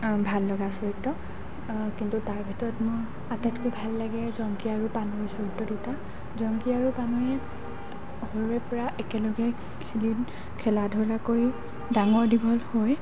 ভাল লগা চৰিত্ৰ কিন্তু তাৰ ভিতৰত মোৰ আটাইতকৈ ভাল লাগে জংকী আৰু পানৈৰ চৰিত্ৰ দুটা জংকী আৰু পানৈ সৰুৰে পৰা একেলগে খেলি খেলা ধূলা কৰি ডাঙৰ দীঘল হৈ